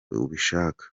ubishaka